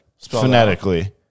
phonetically